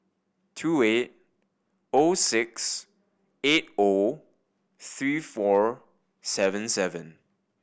two eight O six eight O three four seven seven